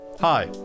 Hi